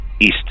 East